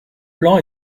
plan